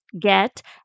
get